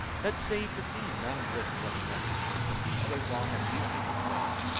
that, save the fiend, none wiste what he meant till he so long had weeped and complain'd,